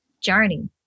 journey